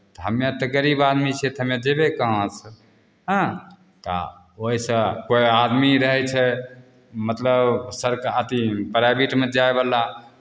हमे तऽ गरीब आदमी छियै तऽ हमे जयबै कहाँसँ हँ आ ओहिसँ कोइ आदमी रहै छै मतलब सरका अथि प्राइभेटमे जायवला